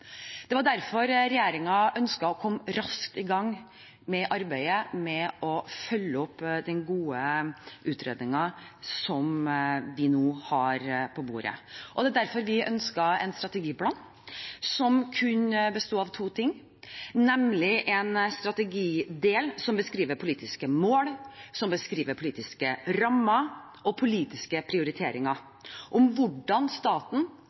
Derfor ønsket regjeringen å komme raskt i gang med arbeidet med å følge opp den gode utredningen som vi nå har på bordet, og derfor ønsket vi en strategiplan som består av kun to ting, nemlig en strategidel som beskriver politiske mål, politiske rammer og politiske prioriteringer om hvordan staten